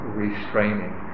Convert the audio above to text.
restraining